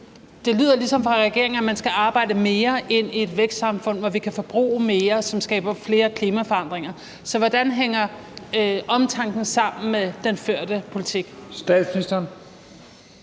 Det lyder ligesom fra regeringen, at vi skal arbejde mere i et vækstsamfund, så vi kan forbruge mere, hvilket skaber flere klimaforandringer. Så hvordan hænger omtanken sammen med den førte politik?